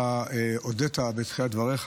אתה הודית בתחילת דבריך,